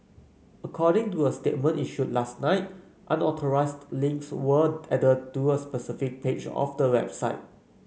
according to a statement issued last night unauthorised links were added to a specific page of the website